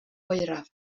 oeraf